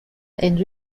and